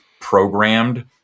programmed